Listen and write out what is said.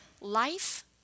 life